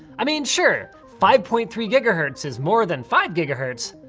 i mean sure, five point three gigahertz is more than five gigahertz,